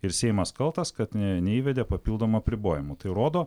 ir seimas kaltas kad neįvedė papildomų apribojimų tai rodo